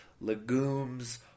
legumes